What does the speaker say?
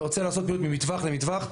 אתה רוצה לעשות פעילות ממטווח למטווח?